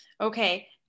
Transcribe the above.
Okay